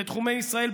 לתחומי ישראל,